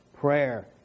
prayer